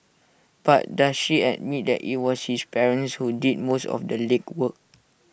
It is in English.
but does she admit that IT was his parents who did most of the legwork